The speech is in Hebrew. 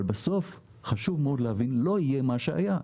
אבל בסוף, חשוב מאוד להבין, לא יהיה מה שהיה.